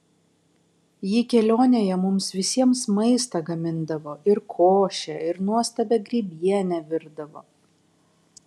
ji kelionėje mums visiems maistą gamindavo ir košę ir nuostabią grybienę virdavo